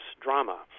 drama